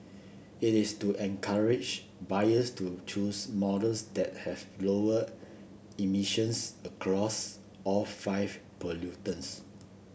it is to encourage buyers to choose models that have lower emissions across all five pollutants